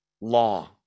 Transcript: law